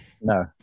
No